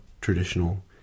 traditional